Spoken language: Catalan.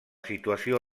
situació